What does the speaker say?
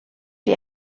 die